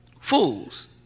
Fools